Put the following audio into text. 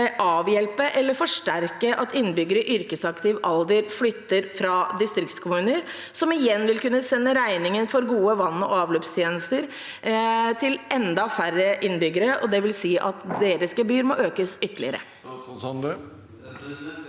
avhjelpe eller forsterke det at innbyggere i yrkesaktiv alder flytter fra distriktskommuner, noe som igjen vil kunne sende regningen for gode vann- og avløpstjenester til enda færre innbyggere og bety at deres gebyr må økes ytterligere?